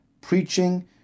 preaching